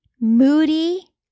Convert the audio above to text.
moody